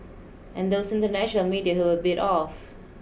and those international media who were a bit off